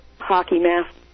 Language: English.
hockey-mask